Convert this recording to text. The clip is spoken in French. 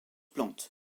plantes